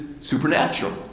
supernatural